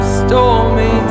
stormy